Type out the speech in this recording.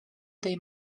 they